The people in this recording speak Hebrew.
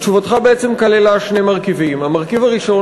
תשובתך בעצם כללה שני מרכיבים: המרכיב הראשון,